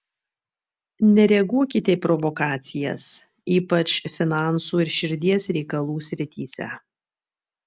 nereaguokite į provokacijas ypač finansų ir širdies reikalų srityse